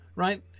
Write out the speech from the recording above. Right